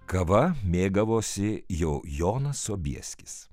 kava mėgavosi jau jonas sobieskis